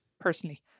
personally